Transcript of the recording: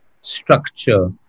structure